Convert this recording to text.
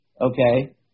okay